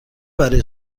برای